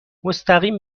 مستقیم